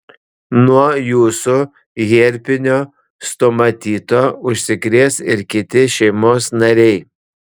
nuo jūsų herpinio stomatito užsikrės ir kiti šeimos nariai